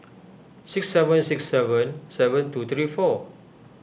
six seven six seven seven two three four